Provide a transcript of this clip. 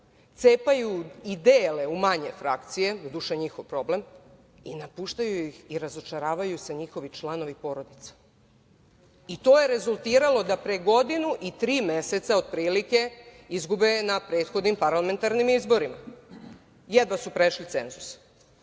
cepaju i dele u manje frakcije, doduše, njihov problem, i napuštaju ih i razočaravaju se njihovi članovi i porodice. To je rezultiralo da pre godinu i tri meseca otprilike izgube na prethodnim parlamentarnim izborima. Jedva su prešli